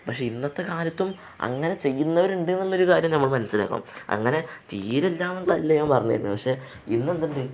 പക്ഷെ ഇന്നത്തെക്കാലത്തും അങ്ങനെ ചെയ്യുന്നവരുണ്ടെന്നുള്ളൊരു കാര്യം നമ്മൾ മനസ്സിലാക്കണം അങ്ങനെ തീരെയില്ലെന്നല്ല ഞാൻ പറഞ്ഞുവരുന്നത് പക്ഷെ ഇന്നെന്തുണ്ട്